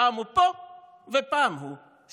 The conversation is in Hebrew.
פעם הוא פה ופעם הוא שם.